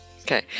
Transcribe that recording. Okay